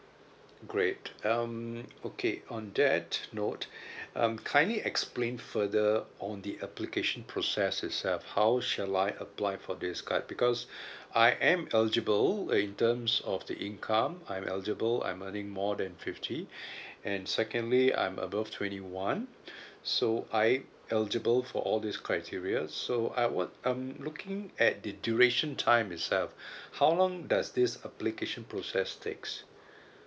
great um okay on that note um kindly explain further on the application process itself how shall I apply for this card because I am eligible in terms of the income I'm eligible I'm earning more than fifty and secondly I'm above twenty one so I eligible for all this criteria so uh what I'm looking at the duration time itself how long does this application process takes